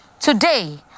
Today